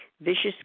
Vicious